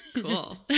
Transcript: Cool